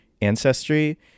ancestry